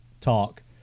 talk